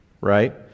Right